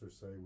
say